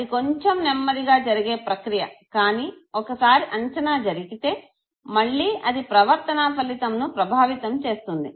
అది కొంచం నెమ్మదిగా జరిగే ప్రక్రియ కానీ ఒక సారి అంచనా జరిగితే మళ్ళీ అది ప్రవర్తన ఫలితంను ప్రభావితం చేస్తుంది